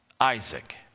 Isaac